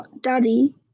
Daddy